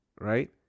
right